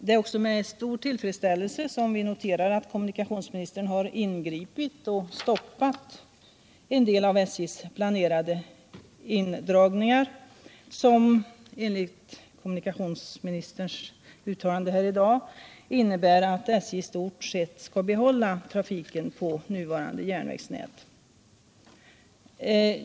Det är också med stor tillfredsställelse vi noterar att kommunikationsministern har ingripit och stoppat en del av SJ:s planerade indragningar — vilket enligt kommunikationsministerns uttalande måste innebära att SJ i stort sett skall behålla trafiken på nuvarande järnvägsnät.